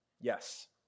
Yes